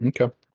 Okay